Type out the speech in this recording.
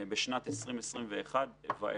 משנת 2021 ואילך.